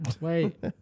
Wait